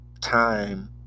time